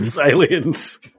aliens